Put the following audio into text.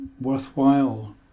worthwhile